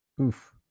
Oof